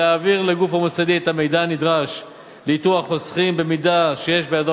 להעביר לגוף המוסדי את המידע הנדרש לאיתור החוסכים במידה שיש בידו